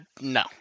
no